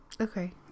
okay